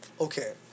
Okay